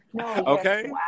Okay